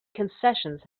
concessions